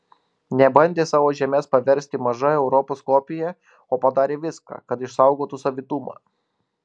nebandė savo žemės paversti maža europos kopija o padarė viską kad išsaugotų savitumą